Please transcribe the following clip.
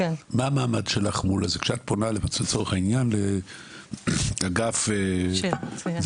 כשאת פונה לאגף כלשהו,